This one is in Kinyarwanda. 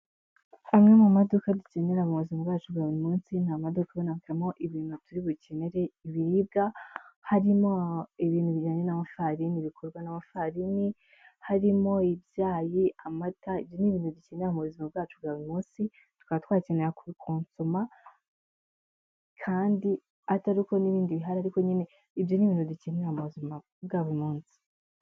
Amwe mu maduka dukenera mu buzima bwacu bwa buri munsi, ni amaduka abonekamo ibintu turibukenere, ibiribwa harimo ibintu bijyanye n'amafarini, bikozwe n'amafarini, harimo ibyayi, amata, ibyo ni ibintu dukenera mu buzima bwacu bwa buri munsi, tukaba twakenera kubikonsoma, kandi atari uko n'ibindi bihari, ariko nyine ibyo ni ibintu dukenera mu buzima bwa buri munsi.